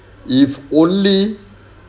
if only